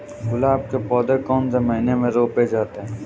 गुलाब के पौधे कौन से महीने में रोपे जाते हैं?